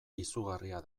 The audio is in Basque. izugarria